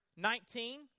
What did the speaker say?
Nineteen